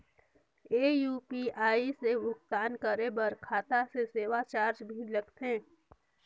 ये यू.पी.आई से भुगतान करे पर खाता से सेवा चार्ज भी लगथे?